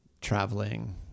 traveling